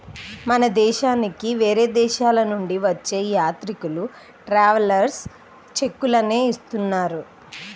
మన దేశానికి వేరే దేశాలనుంచి వచ్చే యాత్రికులు ట్రావెలర్స్ చెక్కులనే ఇస్తున్నారు